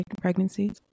pregnancies